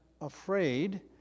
afraid